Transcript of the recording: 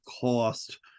cost